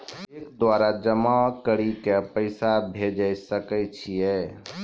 Cheque द्वारा जमा करि के पैसा भेजै सकय छियै?